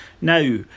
Now